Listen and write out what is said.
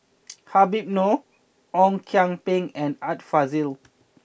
Habib Noh Ong Kian Peng and Art Fazil